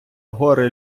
гори